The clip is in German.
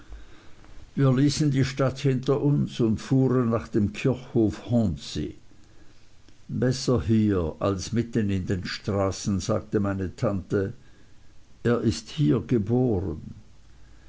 wir ließen die stadt hinter uns und fuhren nach dem kirchhof hornsey besser hier als mitten in den straßen sagte meine tante er ist hier geboren